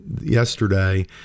yesterday